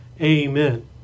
Amen